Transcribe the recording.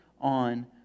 on